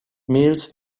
meals